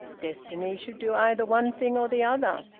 destiny should do either one thing or the other.